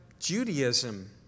Judaism